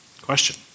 Question